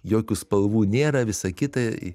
jokių spalvų nėra visa kita